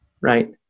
right